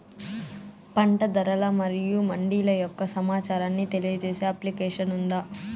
పంట ధరలు మరియు మండీల యొక్క సమాచారాన్ని తెలియజేసే అప్లికేషన్ ఉందా?